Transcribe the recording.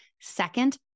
Second